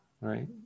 right